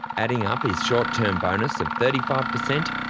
adding up his short-term bonus of thirty five percent,